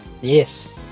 Yes